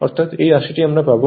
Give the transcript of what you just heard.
অর্থাৎ এই রাশিটি আমরা পাবো